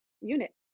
unit